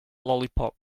lollipop